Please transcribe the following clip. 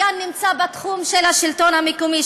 הגן נמצא בתחום של השלטון המקומי,